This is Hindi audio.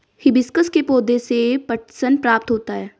हिबिस्कस के पौधे से पटसन प्राप्त होता है